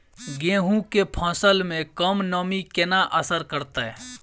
गेंहूँ केँ फसल मे कम नमी केना असर करतै?